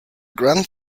grand